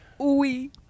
Oui